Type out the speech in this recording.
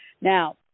Now